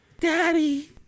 Daddy